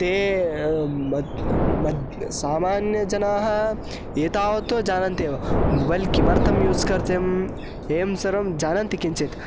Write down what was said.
ते मज् सामान्यजनाः एतावत्तु जानन्त्येव मोबैल् किमर्थं यूस् कर्तव्यं एवं सर्वं जानन्ति किञ्चित्